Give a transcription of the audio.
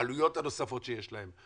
העלויות הנוספות שיש להם,